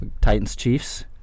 Titans-Chiefs